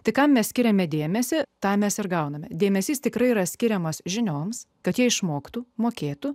tai kam mes skiriame dėmesį tą mes ir gauname dėmesys tikrai yra skiriamas žinioms kad jie išmoktų mokėtų